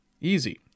Easy